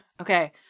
Okay